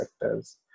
sectors